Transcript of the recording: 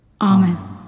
Amen